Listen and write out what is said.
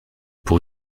pour